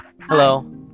Hello